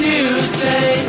Tuesday